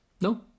No